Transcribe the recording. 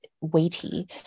weighty